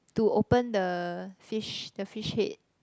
to open the fish the fish head